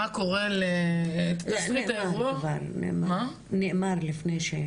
מה קורה ל --- זה נאמר לפני.